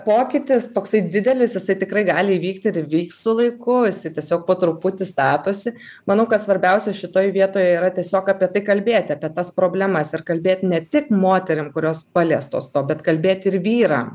pokytis toksai didelis jisai tikrai gali įvykti ir vyks su laiku jisai tiesiog po truputį statosi manau kad svarbiausia šitoj vietoj yra tiesiog apie tai kalbėti apie tas problemas ir kalbėt ne tik moterim kurios paliestos to bet kalbėti ir vyram